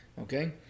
okay